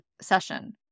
session